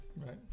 Right